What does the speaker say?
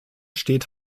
steht